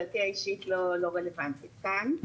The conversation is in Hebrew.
דעתי האישית לא רלוונטית כאן.